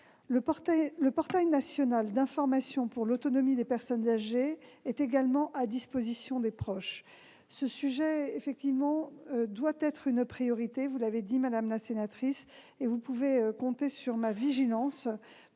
Le portail national d'information pour l'autonomie des personnes âgées est également à disposition des proches. Ce sujet doit effectivement être une priorité, vous l'avez dit, madame la sénatrice, et vous pouvez compter sur ma vigilance